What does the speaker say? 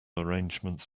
arrangements